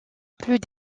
plus